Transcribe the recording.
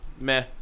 Meh